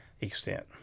extent